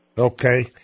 Okay